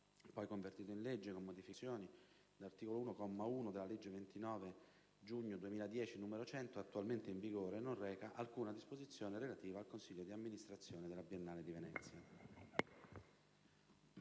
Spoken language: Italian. poi convertito in legge con modificazioni dall'articolo 1, comma l, della legge 29 giugno 2010, n. 100, attualmente in vigore, non reca alcuna disposizione relativa al consiglio dì amministrazione della Biennale di Venezia.